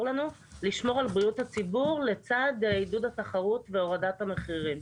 לנו לשמור על בריאות הציבור לצד עידוד התחרות והורדת המחירים.